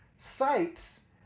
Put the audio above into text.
sites